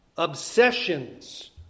obsessions